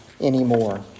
anymore